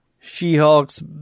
She-Hulk's